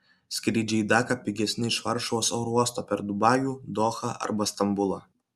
skrydžiai į daką pigesni iš varšuvos oro uosto per dubajų dohą arba stambulą